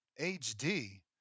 HD